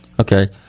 Okay